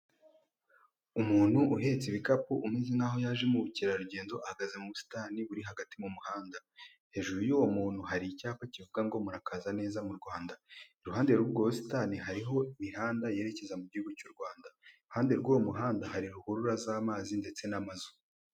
Umuntu uhetse ibikapu unyu nkaho yaje mu bukerarugendo ahagaze mu busitani buri hagati mu muhanda, hejuru y'uwo muntu hari icyapa kivuga ngo murakaza neza mu Rwanda iruhande rw'busitani hariho imihanda yerekeza mu gihugu cy'u Rwanda iruhande rw'uwo muhanda hari ruhurura z'amazi ndetse n'amazu.